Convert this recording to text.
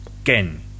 Again